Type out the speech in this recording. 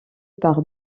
par